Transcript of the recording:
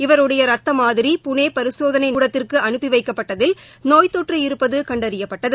இவருடைய ரத்த மாதிரி புனே பரிசோதனை கூடத்திற்கு அனுப்பி வைக்கப்பட்டதில் நோய் தொற்று இருப்பது கண்டறியப்பட்டது